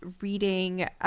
reading –